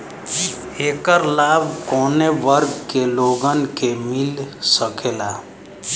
ऐकर लाभ काउने वर्ग के लोगन के मिल सकेला?